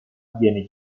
viene